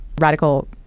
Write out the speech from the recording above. radical